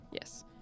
Yes